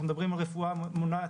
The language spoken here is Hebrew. אנחנו מדברים על רפואה מודעת,